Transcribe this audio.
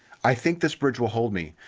i think this bridge will hold me.